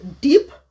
Deep